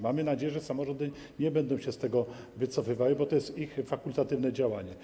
Mamy nadzieję, że samorządy nie będą się z tego wycofywały, bo to jest ich fakultatywne działanie.